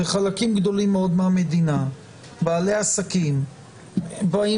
בחלקים גדולים מאוד מהמדינה בעלי עסקים באים